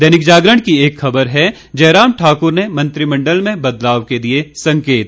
दैनिक जागरण की एक खबर है जयराम ठाकुर ने मंत्रिमंडल में बदलाव के दिए संकेत